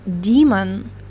demon